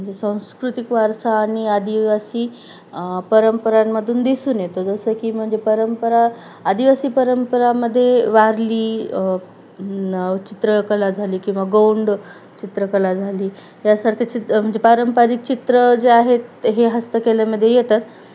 म्हणजे सांस्कृतिक वारसा आणि आदिवासी परंपरांमधून दिसून येतो जसं की म्हणजे परंपरा आदिवासी परंपरामध्ये वारली चित्रकला झाली किंवा गोंड चित्रकला झाली यासारखे चित म्हणजे पारंपरिक चित्र जे आहेत हे हस्तकलेमध्ये येतात